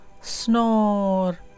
snore